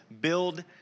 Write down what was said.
build